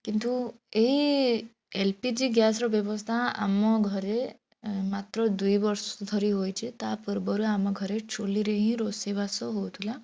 କିନ୍ତୁ ଏଇ L P G ଗ୍ୟାସ୍ର ବ୍ୟବସ୍ଥା ଆମ ଘରେ ମାତ୍ର ଦୁଇବର୍ଷ ଧରି ହୋଇଛି ତା'ପୂର୍ବରୁ ଆମ ଘରେ ଚୂଲିରେ ହିଁ ରୋଷେଇବାସ ହେଉଥିଲା